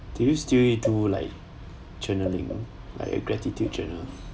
do you still need do like journaling like gratitude journal